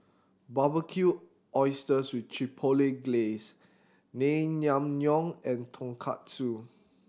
Barbecued Oysters with Chipotle Glaze Naengmyeon and Tonkatsu